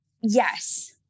Yes